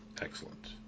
Excellent